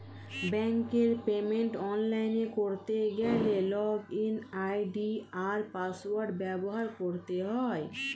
ব্যাঙ্কের পেমেন্ট অনলাইনে করতে গেলে লগইন আই.ডি আর পাসওয়ার্ড ব্যবহার করতে হয়